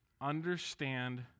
Understand